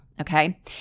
Okay